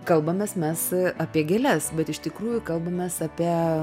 kalbamės mes apie gėles bet iš tikrųjų kalbamės apie